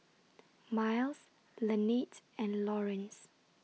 Myles Lanette's and Lawrence